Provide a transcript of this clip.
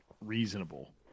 reasonable